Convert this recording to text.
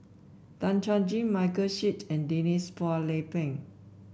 Tan Chuan Jin Michael Seet and Denise Phua Lay Peng